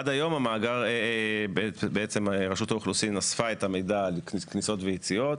עד היום רשות האוכלוסין אספה את המידע על כניסות ויציאות